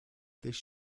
this